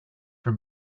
from